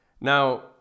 Now